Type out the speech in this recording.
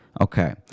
Okay